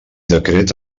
decret